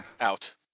out